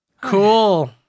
Cool